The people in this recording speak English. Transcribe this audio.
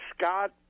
Scott